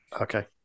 Okay